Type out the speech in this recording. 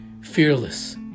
fearless